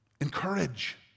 encourage